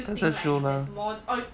just a show lah